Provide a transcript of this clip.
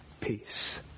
peace